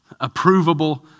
approvable